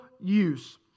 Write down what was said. use